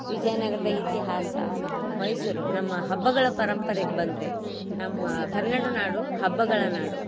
ವಿಜಯನಗರದ ಇತಿಹಾಸ ಮತ್ತು ಮೈಸೂರು ನಮ್ಮ ಹಬ್ಬಗಳ ಪರಂಪರೆಗೆ ಬಂದರೆ ನಮ್ಮ ಕನ್ನಡ ನಾಡು ಹಬ್ಬಗಳ ನಾಡು